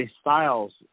Styles